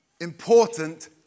Important